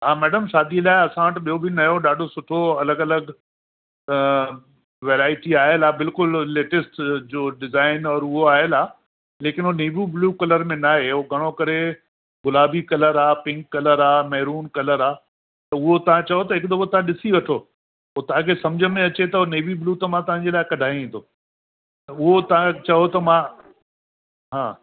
हा मैडम शादीअ लाइ असां वटि ॿियो बि नयो ॾाढो सुठो अलॻि अलॻि वेराइटी आयलु आहे बिल्कुलु लेटेस्ट जो डिज़ाइन और उहो आयल आहे लेकिन उहो नेवी ब्लू कलर में न आहे उहो घणो करे गुलाबी कलर आहे पिंक कलर आहे महरुन कलर आहे उहो तव्हांओ चओ त हिकु दफ़ो ॾिसी वठो पोइ तव्हांखे सम्झ में अचे त नेवी ब्लू त मां तव्हांखे लाइ कढायां ई थो त उहो तव्हां चओ त मां हा